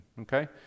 okay